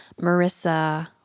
Marissa